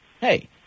hey